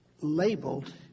labeled